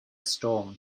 storm